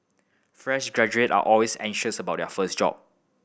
fresh graduate are always anxious about their first job